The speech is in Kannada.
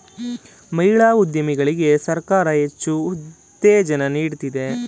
ಮಹಿಳಾ ಉದ್ಯಮಿಗಳಿಗೆ ಸರ್ಕಾರ ಹೆಚ್ಚು ಉತ್ತೇಜನ ನೀಡ್ತಿದೆ